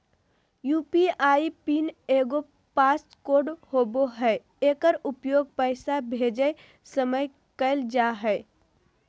UPI pin एगो pass code होबो हइ एकर उपयोग पैसा भेजय समय कइल जा हइ